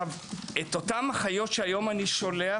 את אותן אחיות שהיום אני שולח,